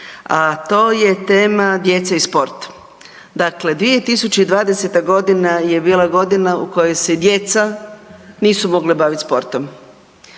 a to je tema djeca i sport. Dakle, 2020. godina je bila godina u kojoj se djeca nisu mogla baviti sportom.